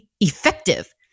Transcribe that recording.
effective